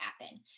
happen